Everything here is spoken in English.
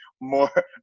more